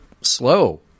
slow